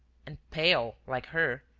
and pale, like her.